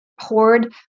hoard